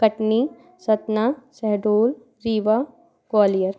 Katni Satna Shahdol Rewa Gwalior